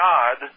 God